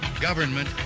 Government